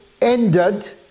ended